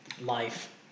life